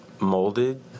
molded